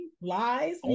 lies